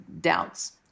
doubts